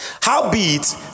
Howbeit